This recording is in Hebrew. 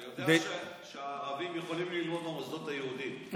אתה יודע שהערבים יכולים ללמוד במוסדות היהודיים,